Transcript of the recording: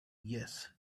yes